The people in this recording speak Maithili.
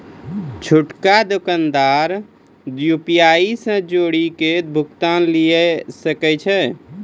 छोटका दोकानदार यू.पी.आई से जुड़ि के भुगतान लिये सकै छै